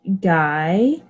guy